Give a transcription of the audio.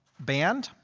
band.